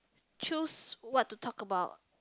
choose what to talk about